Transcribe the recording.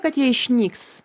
kad jie išnyks